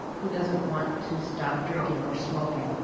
who doesn't want to stop drinking or smoking?